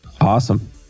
Awesome